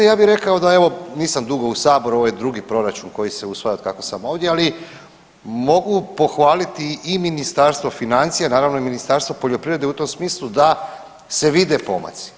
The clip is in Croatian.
Ja bih rekao da evo nisam dugo u Saboru, ovo je drugi proračun koji se usvaja od kako sam ovdje ali mogu pohvaliti i Ministarstvo financija, naravno i Ministarstvo poljoprivrede u tom smislu da se vide pomaci.